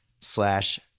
slash